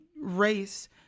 race